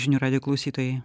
žinių radijo klausytojai